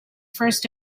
first